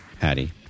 Patty